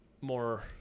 more –